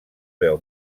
veu